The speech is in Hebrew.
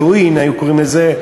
היו קוראים לזה,